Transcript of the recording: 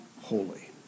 holy